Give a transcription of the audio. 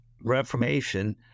Reformation